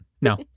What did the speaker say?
No